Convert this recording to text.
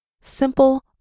Simple